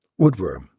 Woodworm